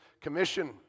Commission